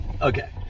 Okay